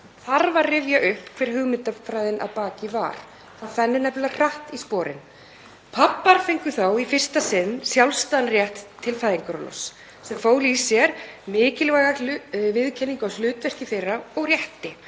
þarf að rifja upp þá hugmyndafræði sem lá að baki. Það fennir nefnilega hratt í sporin. Pabbar fengu þá í fyrsta sinn sjálfstæðan rétt til fæðingarorlofs sem fól í sér mikilvæga viðurkenningu á hlutverki þeirra og rétti.